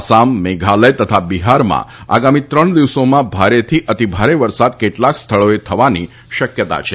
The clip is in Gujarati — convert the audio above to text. આસામ મેઘાલય તથા બિહારમાં આગામી ત્રણ દિવસોમાં ભારેથી અતિભારે વરસાદ કેટલાક સ્થળોએ થવાની શક્યતા છે